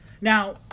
now